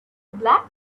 black